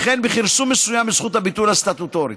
וכן בכרסום מסוים בזכות הביטול הסטטוטורית.